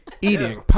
eating